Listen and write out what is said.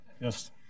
Yes